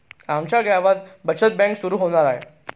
आमच्या गावात बचत बँक सुरू होणार आहे